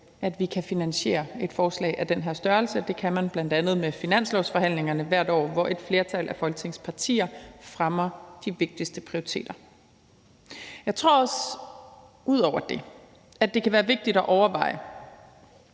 at vi kan finansiere et forslag af den her størrelse; det kan man bl.a. med finanslovsforhandlingerne hvert år, hvor et flertal af Folketingets partier fremmer deres vigtigste prioriteter. Ud over det tror jeg også, at det kan være vigtigt at overveje,